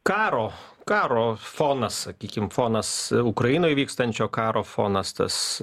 karo karo fonas sakykim fonas ukrainoj vykstančio karo fonas tas